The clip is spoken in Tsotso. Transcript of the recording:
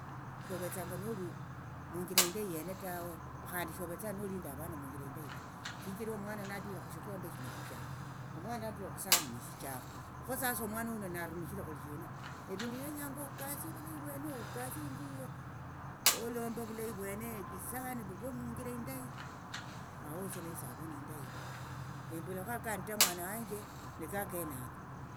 Shovetsanga noli munjira endayi yena tawe khandi shovetsa nolinda avana munjira indayi ta shichira omwana natira khushikombe shino neshichafu omwana natira khusahani neshichafu kho sasa omwana huno narumishire khulishina evindu vienyanga okasie ovulayi vwene okasie inthu yiyo olombe ovulayi vwene evisahani vive munjira indayi mawosie nesavuni indayi embulakho akandi ta mwana wanje niko akenako.